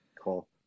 Cool